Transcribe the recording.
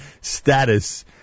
status